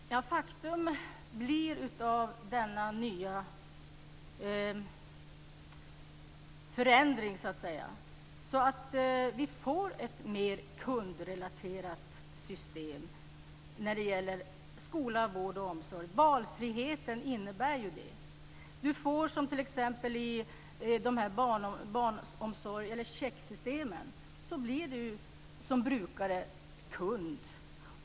Fru talman! Faktum är att denna förändring innebär att vi får ett mer kundrelaterat system när det gäller skola, vård och omsorg. Valfriheten innebär ju det. I de här checksystemen blir brukaren kund.